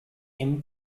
him